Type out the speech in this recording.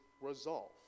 resolve